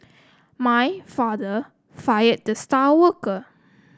my father fired the star worker